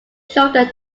shoulder